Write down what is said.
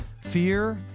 fear